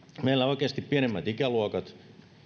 meillä on oikeasti pienemmät ikäluokat